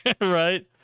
Right